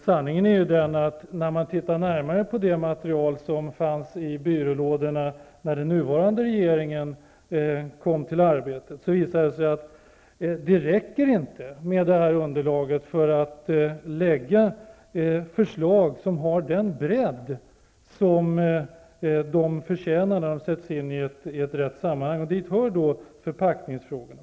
Sanningen är den att när man tittar närmare på det material som fanns i byrålådorna när den nuvarande regeringen kom till arbetet visar det sig att det inte räcker med det underlaget för att lägga fram förslag som har den bredd som de förtjänar när de sätts in i rätt sammanhang, och till de frågorna hör förpackningsfrågorna.